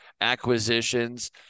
acquisitions